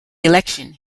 election